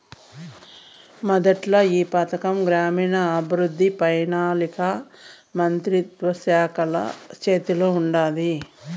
మొదట్ల ఈ పథకం గ్రామీణాభవృద్ధి, పెనాలికా మంత్రిత్వ శాఖల సేతిల ఉండాది